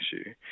issue